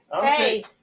Hey